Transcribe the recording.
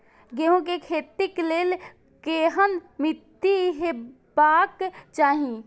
गेहूं के खेतीक लेल केहन मीट्टी हेबाक चाही?